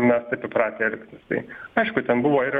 mes taip įpratę elgtis tai aišku ten buvo ir